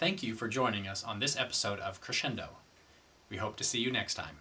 thank you for joining us on this episode of crescendo we hope to see you next time